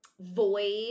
void